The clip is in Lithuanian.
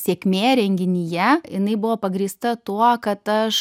sėkmė renginyje jinai buvo pagrįsta tuo kad aš